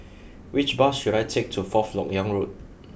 which bus should I take to Fourth Lok Yang Road